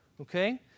Okay